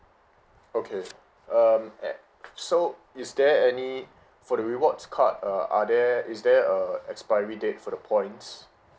okay um a~ so is there any for the rewards card uh are there is there a expiry date for the points